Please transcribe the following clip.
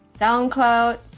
SoundCloud